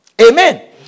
Amen